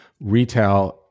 retail